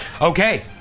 okay